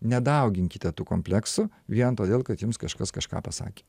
nedauginkite tų kompleksų vien todėl kad jums kažkas kažką pasakė